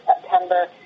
September